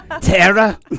Tara